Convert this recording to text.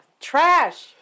Trash